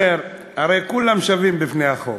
הרי כולם שווים בפני החוק.